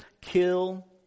kill